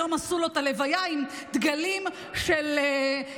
היום עשו לו את הלוויה עם דגלים של חמאס,